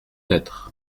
être